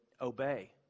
obey